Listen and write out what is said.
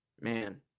man